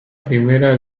primera